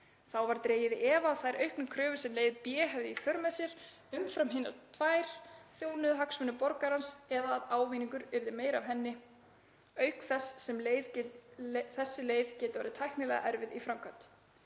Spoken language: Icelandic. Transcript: Þá var dregið í efa að þær auknu kröfur sem leið b hefði í för með sér umfram hinar tvær þjónuðu hagsmunum borgarans eða að ávinningur yrði meiri af henni, auk þess sem þessi leið geti orðið tæknilega erfið í framkvæmd.